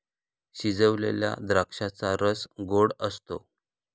शिजवलेल्या द्राक्षांचा रस गोड असतो